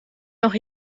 noch